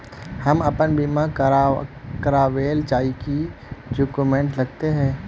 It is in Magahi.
हम अपन बीमा करावेल चाहिए की की डक्यूमेंट्स लगते है?